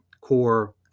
core